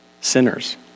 sinners